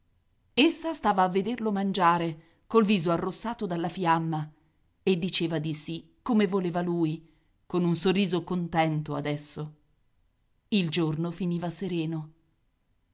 essa stava a vederlo mangiare col viso arrossato dalla fiamma e diceva di sì come voleva lui con un sorriso contento adesso il giorno finiva sereno